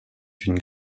une